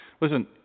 Listen